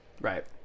Right